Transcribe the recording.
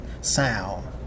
sound